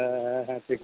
ᱦᱮᱸ ᱦᱮᱸ ᱦᱮᱸ ᱴᱷᱤᱠ